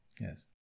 Yes